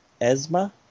Esma